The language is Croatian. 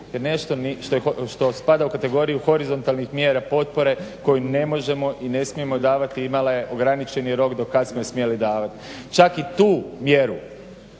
je nešto što spada u kategoriju horizontalnih mjera potpore koju ne možemo i ne smijemo davati, imala je ograničeni rok do kad smo je smjeli davati. Čak i tu mjeru